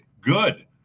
good